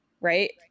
right